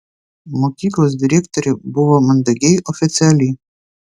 mokyklos direktorė buvo mandagiai oficiali